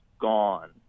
gone